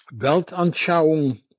Weltanschauung